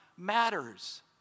matters